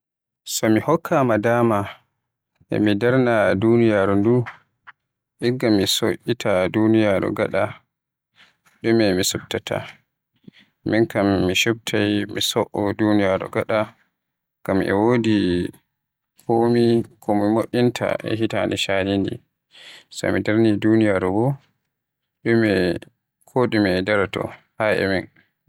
So mi hokkama daama mu chubta e mi darna duniyaaru, ko mi so'ita duniaaru gada dume mi subtata. Min kam mi chubtai mi so'ita duniyaaru ngada, ngam e wodi komi mo'inta e hitande callinde. So mi darni duniyaaru bo, ko dume e daara to haa e min.